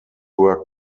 were